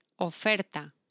Oferta